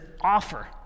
offer